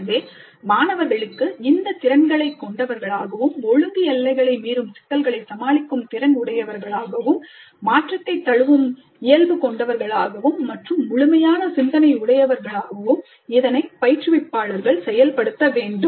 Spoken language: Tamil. எனவே மாணவர்களுக்கு இந்தத் திறன்களை கொண்டவர்களாகவும்ஒழுங்கு எல்லைகளை மீறும் சிக்கல்களைச் சமாளிக்கும் திறன் உடையவர்களாகவும் மாற்றத்தை தழுவும் இயல்பு கொண்டவர்களாகவும் மற்றும் முழுமையான சிந்தனை உடையவர்களாகவும் இதனை பயிற்றுவிப்பாளர்கள் செயல்படுத்த வேண்டும்